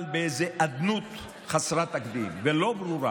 אבל באיזו אדנות חסרת תקדים ולא ברורה,